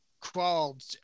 Crawled